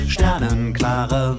Sternenklare